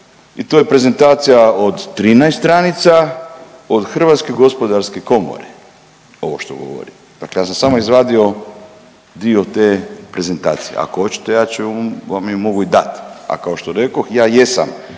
i to je prezentacija od 13 stranica o HGK ovo što govorim, dakle ja sam samo izvadio dio te prezentacije. Ako hoćete ja ću vam je mogu i dat, a kao što rekoh ja jesam